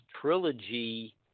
trilogy